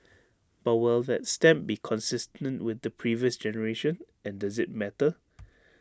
but will that stamp be consistent with the previous generation and does IT matter